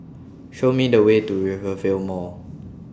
Show Me The Way to Rivervale Mall